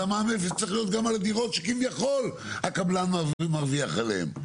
אז המע"מ אפס צריך להיות גם על הדירות שכביכול הקבלן מרוויח עליהן.